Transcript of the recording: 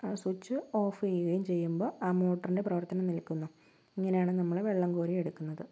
ആ switch off ചെയുകയും ചെയ്യുമ്പോൾ ആ മോട്ടറിൻ്റെ പ്രവർത്തനം നിൽക്കുന്നു ഇങ്ങനെയാണ് നമ്മള് വെള്ളം കോരി എടുക്കുന്നത്